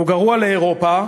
הוא גרוע לאירופה,